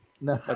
No